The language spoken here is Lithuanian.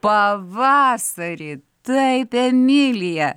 pavasarį taip emilija